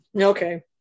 Okay